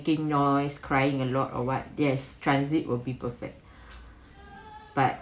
making noise crying a lot or what yes transit will be perfect but